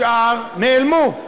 השאר נעלמו.